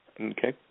Okay